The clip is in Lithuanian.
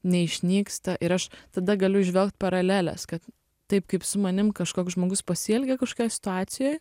neišnyksta ir aš tada galiu įžvelgt paraleles kad taip kaip su manim kažkoks žmogus pasielgė kažkokioj situacijoj